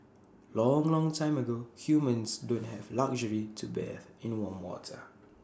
long long time ago humans don't have the luxury to bathe in warm water